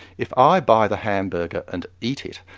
if i buy the hamburger and eat it,